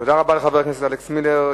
תודה רבה לחבר הכנסת אלכס מילר.